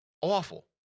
Awful